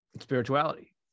spirituality